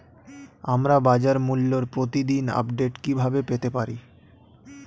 আমরা বাজারমূল্যের প্রতিদিন আপডেট কিভাবে পেতে পারি?